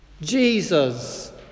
Jesus